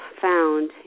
found